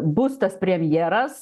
bus tas premjeras